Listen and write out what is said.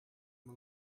uma